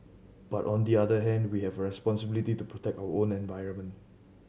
but on the other hand we have a responsibility to protect our own environment